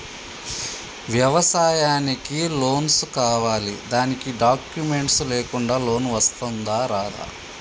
వ్యవసాయానికి లోన్స్ కావాలి దానికి డాక్యుమెంట్స్ లేకుండా లోన్ వస్తుందా రాదా?